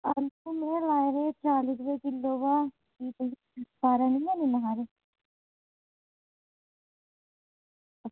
आलू लाए दे चाली रपेऽ किलो तां सारे निं हैन इन्ने हारे